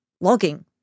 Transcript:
logging